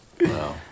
Wow